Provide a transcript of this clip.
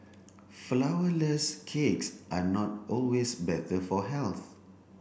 flourless cakes are not always better for health